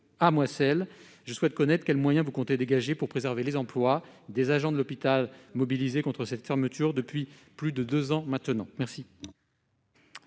ah moi celle je souhaite connaître quels moyens vous comptez dégager pour préserver les emplois des agents de l'hôpital mobilisés contre cette fermeture depuis plus de 2 ans maintenant, merci.